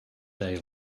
day